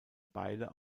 beile